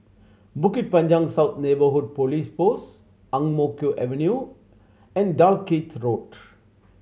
Bukit Panjang South Neighbourhood Police Post Ang Mo Kio Avenue and Dalkeith Road